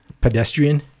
Pedestrian